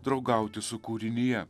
draugauti su kūrinija